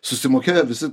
susimokėję visi